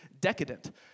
decadent